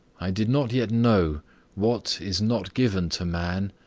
i did not yet know what is not given to man,